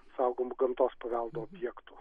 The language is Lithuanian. saugomu gamtos paveldo objektu